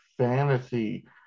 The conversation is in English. Fantasy